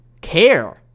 care